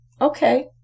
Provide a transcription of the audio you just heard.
okay